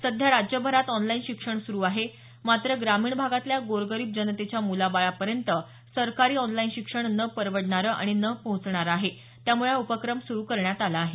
सध्या राज्यभरात ऑनलाईन शिक्षण सुरु आहे मात्र ग्रामीण भागातल्या गोरगरीब जनतेच्या मुलाबाळापर्यंत सरकारी ऑनलाइन शिक्षण न परवडणारे आणि न पोहचणारे आहे यामुळे हा उपक्रम सुरु करण्यात आला आहे